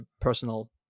personal